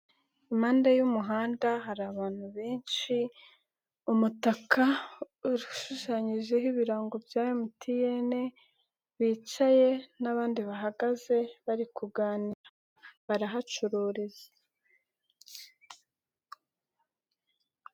Impande y'umuhanda hari abantu benshi, umutaka ushushanyijeho ibirango bya MTN, bicaye n'abandi bahagaze, bari kuganira, barahacururiza.